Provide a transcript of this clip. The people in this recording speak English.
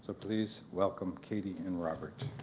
so please welcome katie and robert.